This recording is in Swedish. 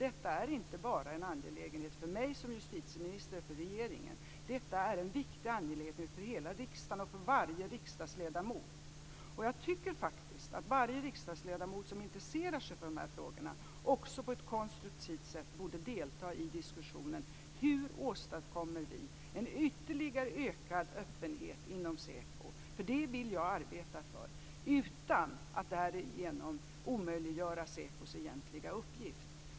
Det är inte bara en angelägenhet för mig som justitieminister för regeringen, det är en viktig angelägenhet för hela riksdagen och för varje riksdagsledamot. Jag tycker faktiskt att varje riksdagsledamot som intresserar sig för de här frågorna också på ett konstruktivt sätt borde delta i diskussionen om hur vi åstadkommer en ytterligare ökad öppenhet inom SÄPO - det vill jag arbeta för - utan att därigenom omöjliggöra SÄPO:s egentliga uppgift.